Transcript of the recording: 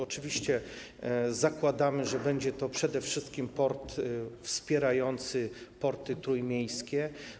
Oczywiście zakładamy, że będzie to przede wszystkim port wspierający porty trójmiejskie.